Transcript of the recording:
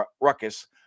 Ruckus